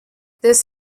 this